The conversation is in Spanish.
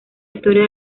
historia